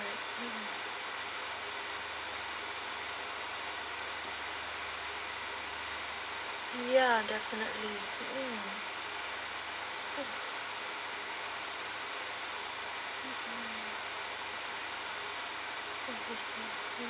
ya definitely